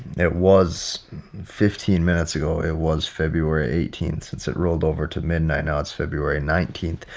it was fifteen minutes ago, it was february eighteen. since it rolled over to midnight now it's february nineteen.